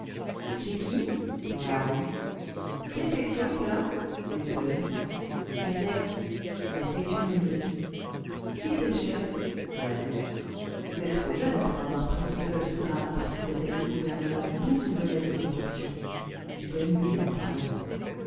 chez qui dans la rue quelles sections étaient là une seule laquelle la section manuel qui était le chef moi vous êtes trop jeune pour avoir pris tout seul ce grave parti d'attaquer le gouvernement d'où vous venaient vos instructions du comité central